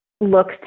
look